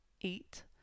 eat